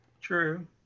True